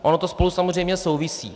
Ono to spolu samozřejmě souvisí.